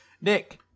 Nick